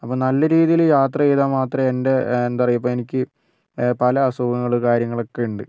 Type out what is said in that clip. അപ്പോൾ നല്ല രീതിയിൽ യാത്ര ചെയ്താൽ മാത്രമേ എൻ്റെ എന്താ പറയുക ഇപ്പോൾ എനിക്ക് പല അസുഖങ്ങൾ കാര്യങ്ങളൊക്കെ ഉണ്ട്